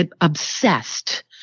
obsessed